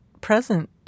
present